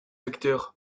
acteurs